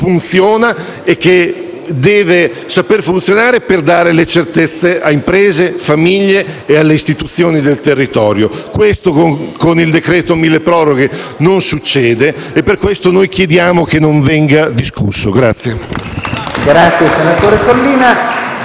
funziona e deve saper funzionare per dare certezze a imprese, famiglie e alle istituzioni del territorio. Questo con il decreto milleproroghe non succede e per questo noi chiediamo che non venga discusso.